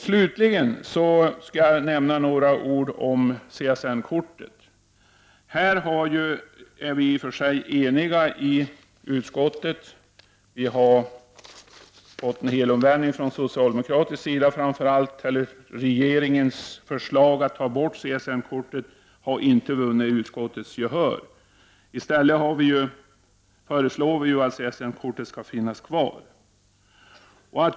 Slutligen några ord om CSN-kortet. I och för sig är vi eniga i utskottet på den punkten. Regeringens förslag om ett borttagande av CSN-kortet har inte vunnit gehör i utskottet. I stället föreslår vi att CSN-kortet skall vara kvar.